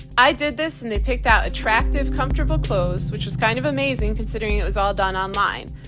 i did this and they picked out attractive, comfortable clothes, which was kind of amazing considering it was all done online.